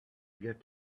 get